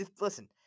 Listen